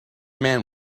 man